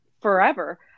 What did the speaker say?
forever